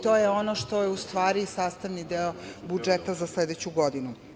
To je ono što je u stvari i sastavni deo budžeta za sledeću godinu.